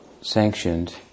sanctioned